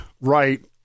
right